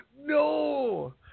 no